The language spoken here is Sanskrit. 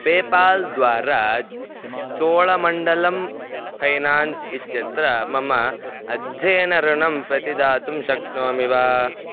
पेपाल् द्वारा चोलमण्डलं फैनान्स् इत्यत्र मम अध्ययनऋणं प्रतिदातुं शक्नोमि वा